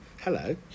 Hello